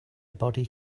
body